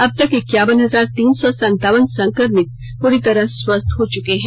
अब तक इक्कावन हजार तीन चौ संतावन संक्रमित पूरी तरह स्वस्थ हो चुके हैं